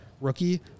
rookie